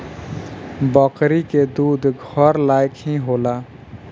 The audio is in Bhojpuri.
बकरी के दूध घर लायक ही होला